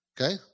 Okay